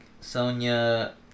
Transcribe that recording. Sonya